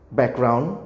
background